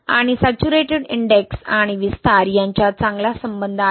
आणि saturated index आणि विस्तार यांच्यात चांगला संबंध आहे